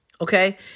Okay